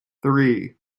three